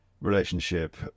relationship